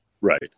Right